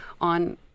on